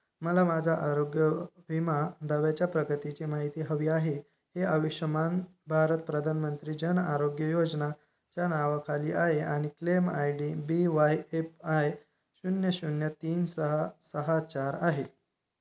मला माझा आरोग्य विमा दाव्याच्या प्रगतीची माहिती हवी आहे हे आयुष्यमान भारत प्रधानमंत्री जन आरोग्य योजनाच्या नावाखाली आहे आणि claim I D B Y F I शून्य शून्य तीन सहा सहा चार आहे